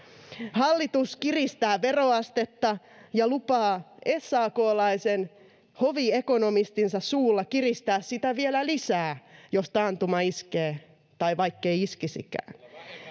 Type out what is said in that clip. hallitus kiristää veroastetta ja lupaa saklaisen hoviekonomistinsa suulla kiristää sitä vielä lisää jos taantuma iskee tai vaikkei iskisikään